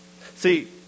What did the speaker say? See